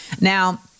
Now